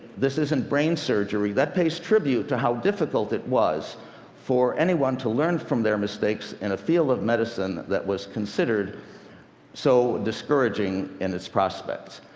this isn't brain surgery, that pays tribute to how difficult it was for anyone to learn from their mistakes in a field of medicine that was considered so discouraging in its prospects.